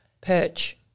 perch